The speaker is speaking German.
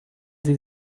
sie